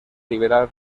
liberal